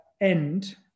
end